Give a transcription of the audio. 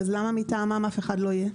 למה אף אחד מטעמם לא יהיה?